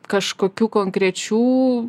kažkokių konkrečių